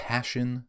Passion